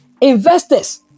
investors